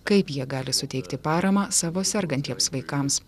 kaip jie gali suteikti paramą savo sergantiems vaikams